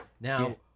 Now